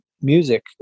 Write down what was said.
music